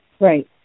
right